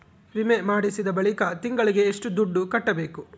ವಿಮೆ ಮಾಡಿಸಿದ ಬಳಿಕ ತಿಂಗಳಿಗೆ ಎಷ್ಟು ದುಡ್ಡು ಕಟ್ಟಬೇಕು?